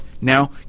now